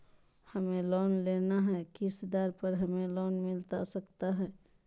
हमें लोन लेना है किस दर पर हमें लोन मिलता सकता है?